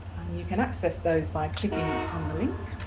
and you can access those by clicking on the link